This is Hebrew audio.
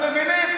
אתם מבינים?